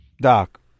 Doc